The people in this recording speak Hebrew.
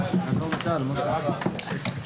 הישיבה ננעלה בשעה 13:31.